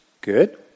good